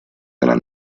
della